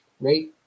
right